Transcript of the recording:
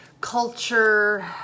culture